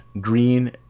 Green